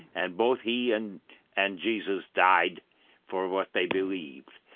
and both he and and jesus died for what they believed.